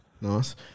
Nice